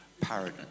paradigm